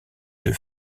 deux